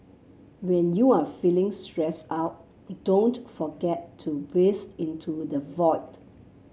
when you are feeling stressed out don't forget to breathe into the void